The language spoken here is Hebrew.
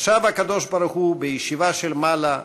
ישב הקב"ה בישיבה של מעלה,